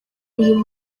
uyu